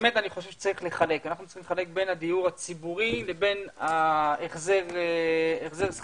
אנו צריכים לחלק בין הדיור הציבורי לבין החזר השכירות.